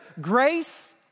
Grace